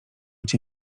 cię